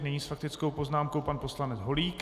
Nyní s faktickou poznámkou pan poslanec Holík.